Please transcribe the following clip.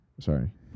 sorry